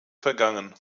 vergangen